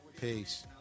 Peace